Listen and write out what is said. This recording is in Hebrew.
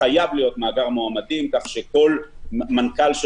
חייב להיות מאגר מועמדים,